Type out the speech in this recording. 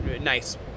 nice